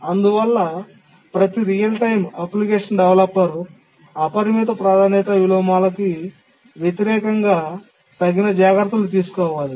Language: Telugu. అందువల్ల ప్రతి రియల్ టైమ్ అప్లికేషన్ డెవలపర్ అపరిమిత ప్రాధాన్యత విలోమానికి వ్యతిరేకంగా తగిన జాగ్రత్తలు తీసుకోవాలి